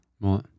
Right